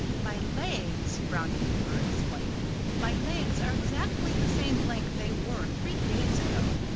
my legs brownie beaver exclaimed my legs are exactly the same length they were three days ago!